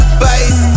face